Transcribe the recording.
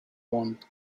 want